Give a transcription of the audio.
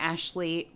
Ashley